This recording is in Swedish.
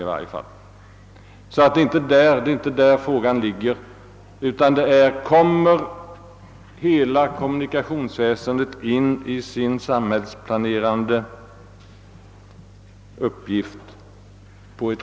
Det är alltså inte dylika nedläggningar jag vänder mig emot, utan frågan är: Fyller kommunikationsväsendet på detta sätt riktigt sin samhällsplanerande uppgift?